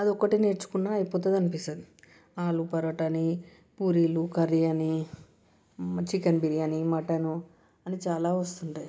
అది ఒక్కటి నేర్చుకున్నా అయిపోతుంది అనిపిస్తుంది ఆలు పరాటా అని పూరీలు కర్రీ అని చికెన్ బిర్యానీ మటను అని చాలా వస్తుంటాయి